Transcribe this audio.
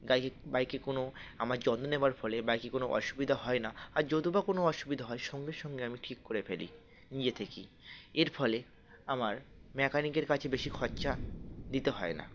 তাই বাইকে কোনো আমার যত্ন নেওয়ার ফলে বাইকে কোনো অসুবিধা হয় না আর যত বা কোনো অসুবিধা হয় সঙ্গে সঙ্গে আমি ঠিক করে ফেলি নিজে থেকেই এর ফলে আমার মেকানিকের কাছে বেশি খরচা দিতে হয় না